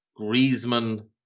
Griezmann